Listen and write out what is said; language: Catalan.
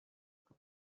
que